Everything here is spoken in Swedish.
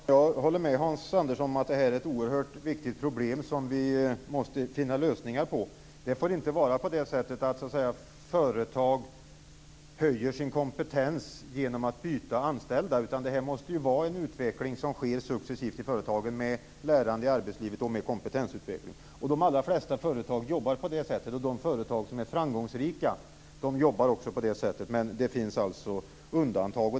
Fru talman! Jag håller med Hans Andersson om att det här är ett oerhört viktigt problem som vi måste finna lösningar på. Det får inte vara på det sättet att företag höjer sin kompetens genom att byta anställda. Det måste i stället ske en successiv utveckling i företaget med lärande i arbetslivet och med kompetensutveckling. De allra flesta företag jobbar på det sättet. De företag som är framgångsrika jobbar också på det sättet. Men det finns alltså undantag.